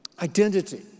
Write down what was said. Identity